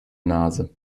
nase